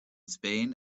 spain